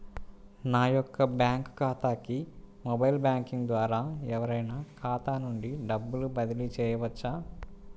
నా యొక్క బ్యాంక్ ఖాతాకి మొబైల్ బ్యాంకింగ్ ద్వారా ఎవరైనా ఖాతా నుండి డబ్బు బదిలీ చేయవచ్చా?